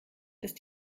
ist